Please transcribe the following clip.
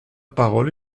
parole